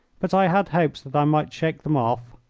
but i had hopes that i might shake them off.